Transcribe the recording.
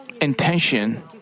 intention